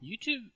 YouTube